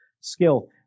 skill